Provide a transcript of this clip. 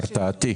אלמנט של הרתעה.